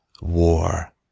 war